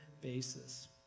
basis